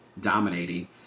dominating